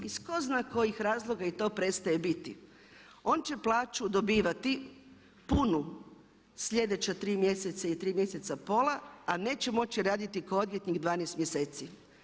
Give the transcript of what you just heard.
Iz ko zna kojih razloga i to prestaje biti, on će plaću dobivati punu slijedeća 3 mjeseca i 3 mjeseca pola a neće moći raditi kao odvjetnik 12 mjeseci.